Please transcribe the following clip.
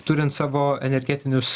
turint savo energetinius